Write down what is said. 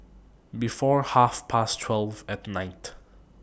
before Half Past twelve At Night